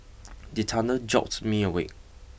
the thunder jolt me awake